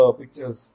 pictures